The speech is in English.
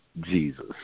Jesus